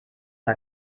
war